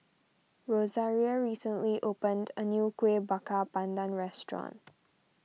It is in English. Rosaria recently opened a new Kueh Bakar Pandan restaurant